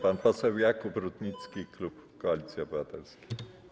Pan poseł Jakub Rutnicki, klub Koalicji Obywatelskiej.